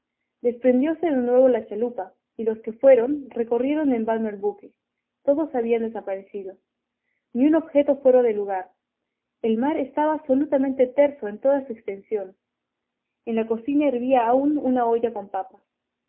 desprendióse de nuevo la chalupa y los que fueron recorrieron en vano el buque todos habían desaparecido ni un objeto fuera de lugar el mar estaba absolutamente terso en toda su extensión en la cocina hervía aún una olla con papas